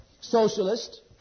socialist